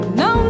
no